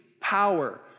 power